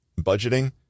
Budgeting